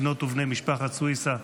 בנות ובני משפחת סויסה,